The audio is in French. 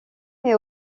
met